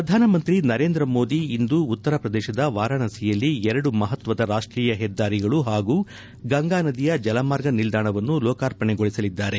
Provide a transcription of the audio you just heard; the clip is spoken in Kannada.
ಪ್ರಧಾನಮಂತಿ ನರೇಂದ ಮೋದಿ ಇಂದು ಉತ್ತರ ಪ್ರದೇಶದ ವಾರಾಣಸಿಯಲ್ಲಿ ಎರಡು ಮಹತ್ಸದ ರಾಷ್ಟೀಯ ಹೆದ್ದಾರಿಗಳು ಹಾಗೂ ಗಂಗಾ ನದಿಯ ಜಲಮಾರ್ಗ ನಿಲ್ದಾಣವನ್ನು ಲೋಕಾರ್ಪಣೆಗೊಳಿಸಲಿದ್ದಾರೆ